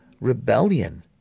rebellion